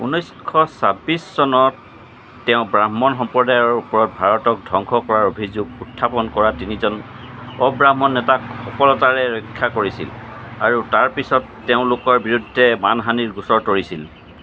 ঊনৈছশ ছাব্বিছ চনত তেওঁ ব্ৰাহ্মণ সম্প্ৰদায়ৰ ওপৰত ভাৰতক ধ্বংস কৰাৰ অভিযোগ উত্থাপন কৰা তিনিজন অব্ৰাহ্মণ নেতাক সফলতাৰে ৰক্ষা কৰিছিল আৰু তাৰ পিছত তেওঁলোকৰ বিৰুদ্ধে মানহানিৰ গোচৰ তৰিছিল